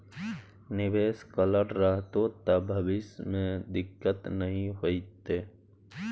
निवेश करल रहतौ त भविष्य मे दिक्कत नहि हेतौ